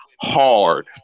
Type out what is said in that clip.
hard